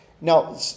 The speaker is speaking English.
Now